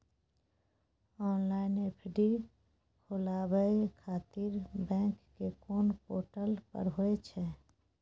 Online FD खोलाबय खातिर bank के कोन पोर्टल पर होए छै?